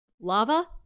Lava